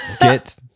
Get